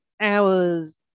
hours